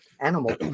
animal